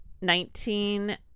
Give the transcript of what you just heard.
Nineteen-